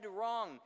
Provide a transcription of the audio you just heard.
wrong